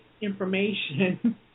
information